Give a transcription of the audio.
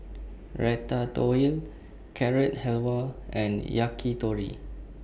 Ratatouille Carrot Halwa and Yakitori